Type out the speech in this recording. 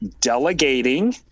delegating